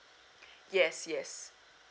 yes yes